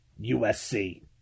USC